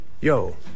Yo